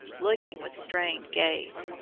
looking with strained gaze,